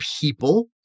people